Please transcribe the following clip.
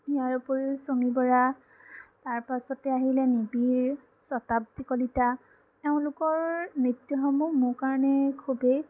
ইয়াৰ উপৰিও চনী বৰা তাৰপাছতে আহিলে নিবিড় শতাব্দী কলিতা এওঁলোকৰ নৃত্যসমূহ মোৰ কাৰণে খুবেই